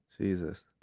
Jesus